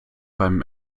beim